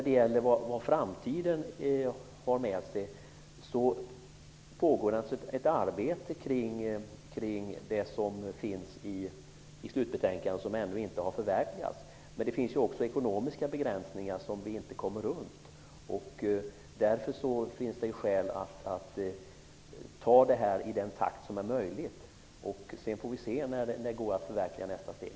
Det pågår ett arbete kring det som finns i slutbetänkandet och som ännu inte har förverkligats. Det finns ju också ekonomiska begränsningar som vi inte kommer runt. Därför finns det skäl att ta det här i den takt som är möjlig. Sedan får vi se när det går att förverkliga nästa steg.